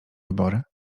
wybory